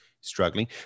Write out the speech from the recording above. struggling